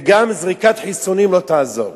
וגם זריקת חיסון לא תעזור,